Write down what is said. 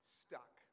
stuck